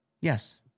Yes